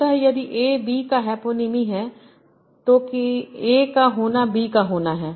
अतः यदि A B का हैपोनीमी है तोकि A का होना B का होना है